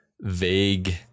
vague